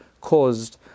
caused